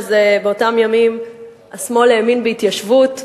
באותם ימים השמאל האמין בהתיישבות,